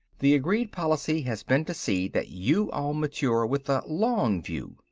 the agreed policy has been to see that you all mature with the long view.